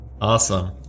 Awesome